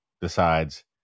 decides